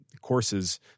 courses